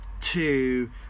two